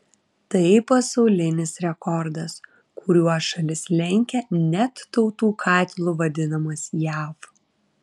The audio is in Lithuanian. tai pasaulinis rekordas kuriuo šalis lenkia net tautų katilu vadinamas jav